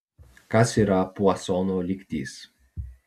kas yra puasono lygtis